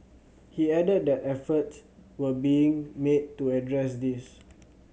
he added that efforts were being made to address this